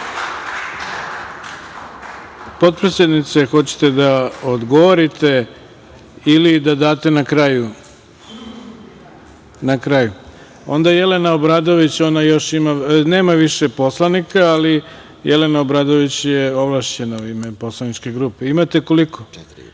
Hvala. Potpredsednice, hoćete da odgovorite ili da date na kraju? Na kraju. Onda Jelena Obradović, ona još ima vremena. Nema više poslanika, ali Jelena Obradović je ovlašćena u ime poslaničke grupe. Imate četiri minuta.